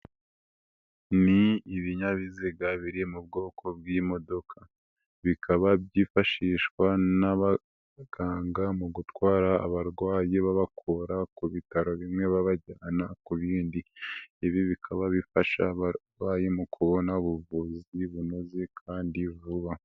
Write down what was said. Ni ibinyabiziga biri mu bwoko bw'imodoka, bikaba byifashishwa n'abaganga mu gutwara abarwayi babakura ku bitaro bimwe babajyana ku bindi, ibi bikaba bifasha abarwayi mu kubona ubuvuzi bunoze kandi vuba.